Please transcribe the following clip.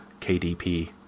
KDP